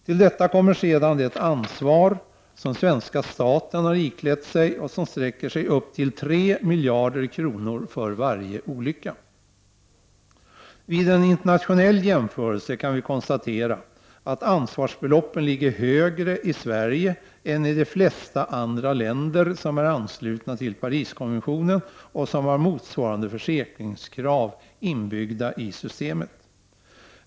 Till detta kommer sedan det ansvar som den svenska staten har iklätt sig och som sträcker sig upp till 3 miljarder kronor för varje olycka. Jag kan konstatera att anvarsbeloppen, vid en internationell jämförelse, ligger högre i Sverige än i de flesta andra länder som är anslutna till Pariskonventionen och som har motsvarande försäkringskrav inbyggda i systemet.